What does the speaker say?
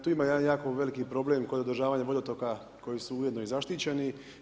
Tu ima jedan jako veliki problem koji je održavanje vodotoka koji su ujedno i zaštićeni.